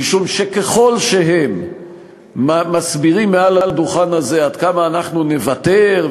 משום שככל שהם מסבירים מעל הדוכן הזה עד כמה אנחנו נוותר,